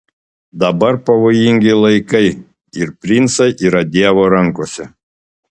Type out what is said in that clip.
dabar pavojingi laikai ir princai yra dievo rankose